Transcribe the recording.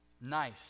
nice